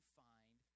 find